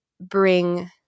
bring